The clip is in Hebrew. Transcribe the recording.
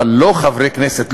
אבל לא חברי כנסת,